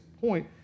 point